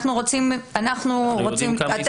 אנחנו יודעים כמה עסקאות.